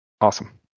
Awesome